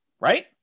Right